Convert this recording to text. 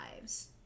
lives